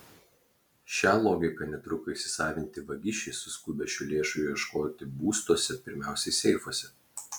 šią logiką netruko įsisavinti vagišiai suskubę šių lėšų ieškoti būstuose pirmiausia seifuose